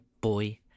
Boy